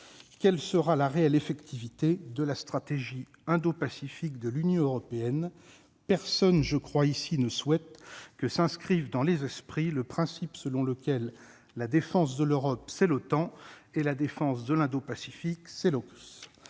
quelle sera l'arrêt l'effectivité de la stratégie indo-pacifique de l'Union européenne personne je crois ici ne souhaite que s'inscrivent dans les esprits le principe selon lequel la défense de l'Europe, c'est l'OTAN et la défense de l'indo-Pacifique, c'est la